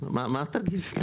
מה תגיש?